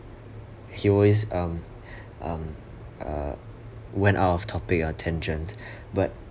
he always um um uh went out of topic or tangent but